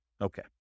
Okay